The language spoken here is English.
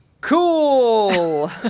Cool